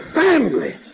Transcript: family